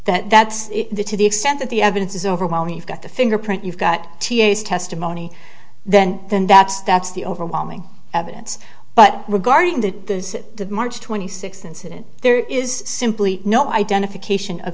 that that's the to the extent that the evidence is overwhelming you've got the fingerprint you've got testimony then then that's that's the overwhelming evidence but regarding the march twenty sixth incident there is simply no identification of